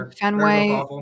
Fenway